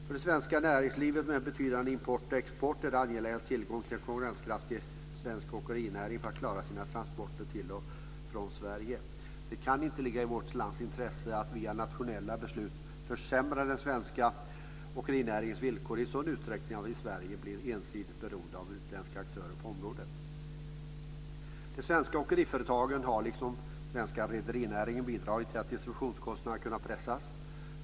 För det svenska näringslivet med betydande import och export är det angeläget att ha tillgång till en konkurrenskraftig svensk åkerinäring för att klara sina transporter till och från Sverige. Det kan inte ligga i vårt lands intresse att via nationella beslut försämra den svenska åkerinäringens villkor i sådan utsträckning att vi i Sverige blir ensidigt beroende av utländska aktörer på området. De svenska åkeriföretagen har liksom den svenska rederinäringen bidragit till att distributionskostnaderna kunnat pressas.